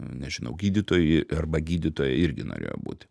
nežinau gydytoju arba gydytoja irgi norėjo būti